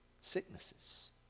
sicknesses